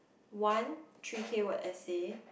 one three K word essay